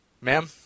Ma'am